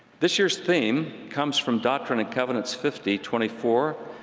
this year's theme comes from doctrine and covenants fifty twenty four,